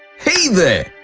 hey there!